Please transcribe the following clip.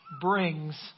brings